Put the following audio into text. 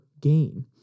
gain